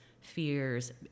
fears